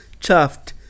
chuffed